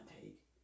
take